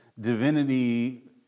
divinity